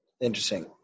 Interesting